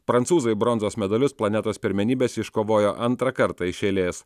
prancūzai bronzos medalius planetos pirmenybės iškovojo antrą kartą iš eilės